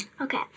Okay